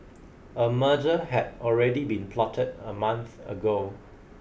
a murder had already been plotted a month ago